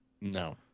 No